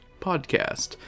podcast